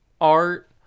art